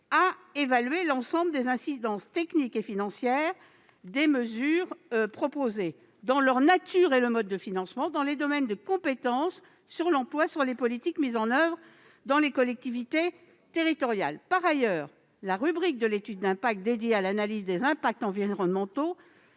à évaluer l'ensemble des incidences techniques et financières des mesures proposées, selon leur nature et le mode de financement dans les domaines de compétences, sur l'emploi et sur les politiques mises en oeuvre. Par ailleurs, la rubrique de l'étude d'impact dédiée à l'analyse des impacts environnementaux